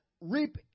reap